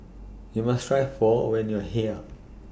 YOU must Try Pho when YOU Are here